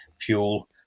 fuel